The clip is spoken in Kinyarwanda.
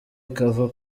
ikava